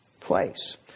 place